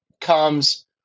comes